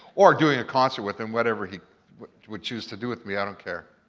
or doing a concert with him, whatever he would choose to do with me, i don't care.